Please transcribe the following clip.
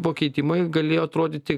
pakeitimai galėjo atrodyti